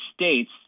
states